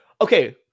okay